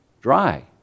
dry